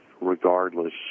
regardless